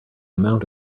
amount